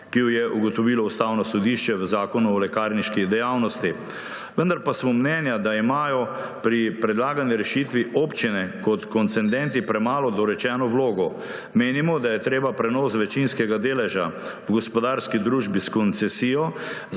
ki jo je ugotovilo Ustavno sodišče v Zakonu o lekarniški dejavnosti, vendar pa menimo, da imajo pri predlagani rešitvi občine kot koncedenti premalo dorečeno vlogo. Menimo, da je treba prenos večinskega deleža v gospodarski družbi s koncesijo